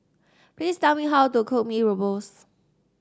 please tell me how to cook Mee Rebus